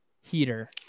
heater